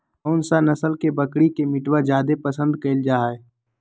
कौन सा नस्ल के बकरी के मीटबा जादे पसंद कइल जा हइ?